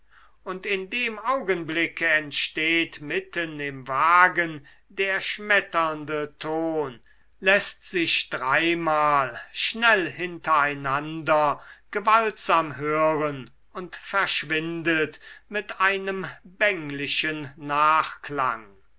und in dem augenblicke entsteht mitten im wagen der schmetternde ton läßt sich dreimal schnell hintereinander gewaltsam hören und verschwindet mit einem bänglichen nachklang